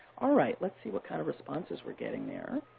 all right, let's see what kind of responses we're getting there.